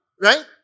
Right